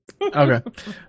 Okay